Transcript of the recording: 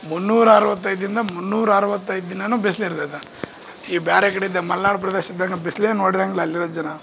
ಮುನ್ನೂರ ಅರವತ್ತೈದು ದಿನ್ದಾಗ ಮುನ್ನೂರ ಅರವತ್ತೈದು ದಿನ ಬಿಸ್ಲು ಇರ್ತೈತ ಈ ಬ್ಯಾರೆ ಕಡೆದ ಮಲ್ನಾಡು ಪ್ರದೇಶದಾಗ ಬಿಸಿಲೇ ನೋಡಿರಂಗಿಲ್ಲ ಅಲ್ಲಿರೋ ಜನ